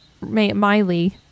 Miley